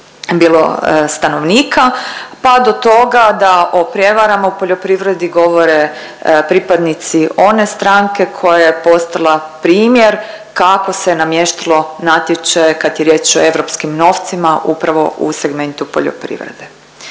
bilo stanovnika, pa do toga da o prijevarama u poljoprivredi govore pripadnici one stranke koja je postala primjer kako se namještalo natječaje kad je riječ o europskim novcima upravo u segmentu poljoprivrede.